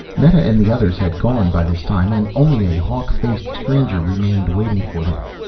meta and the others had gone by this time and only a hawk-faced stranger remained, waiting for him.